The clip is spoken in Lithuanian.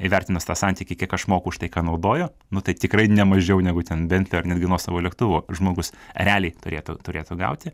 įvertinus tą santykį kiek aš moku už tai ką naudoju nu tai tikrai ne mažiau negu ten bentli ar netgi nuosavo lėktuvo žmogus realiai turėtų turėtų gauti